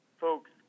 folks